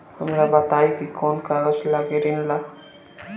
हमरा बताई कि कौन कागज लागी ऋण ला?